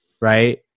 right